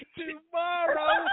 tomorrow